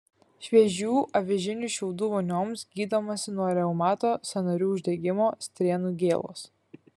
šviežių avižinių šiaudų vonioms gydomasi nuo reumato sąnarių uždegimo strėnų gėlos